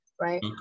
right